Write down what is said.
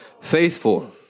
faithful